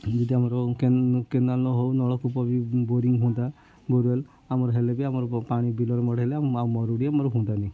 ଯଦି ଆମର କେନାଲ୍ ନ ହେଉ ନଳକୂପ ବି ବୋରିଙ୍ଗ୍ ହୁଅନ୍ତା ବୋରୱେଲ୍ ଆମର ହେଲେ ବି ଆମର ପାଣି ବିଲର ମଡ଼େଇଲେ ଆଉ ମରୁଡ଼ି ଆମର ହୁଅନ୍ତାନି